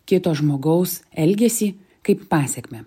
kito žmogaus elgesį kaip pasekmę